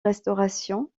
restauration